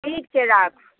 ठीक छै राखू